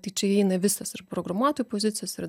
tai čia įeina visos ir programuotojų pozicijos ir